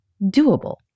doable